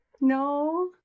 no